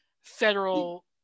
federal